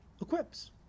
equips